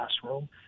classroom